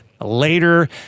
later